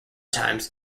times